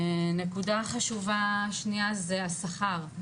נקודה חשובה שנייה זה השכר.